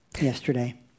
yesterday